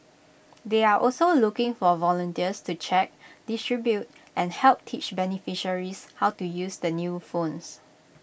they're also looking for volunteers to check distribute and help teach beneficiaries how to use the new phones